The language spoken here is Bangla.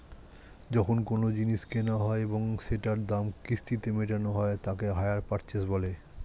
যখন কোনো জিনিস কেনা হয় এবং সেটার দাম কিস্তিতে মেটানো হয় তাকে হাইয়ার পারচেস বলে